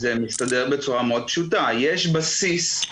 זה מסתדר בצורה פשוטה מאוד: יש בסיס,